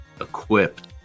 equipped